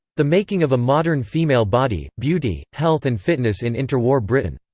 the making of a modern female body beauty, health and fitness in interwar britain.